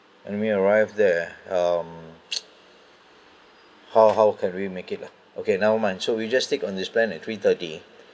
when we arrive there eh um how how can we make it lah okay never mind so we just stick on this plan at three-thirty